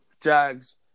Jags